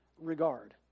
regard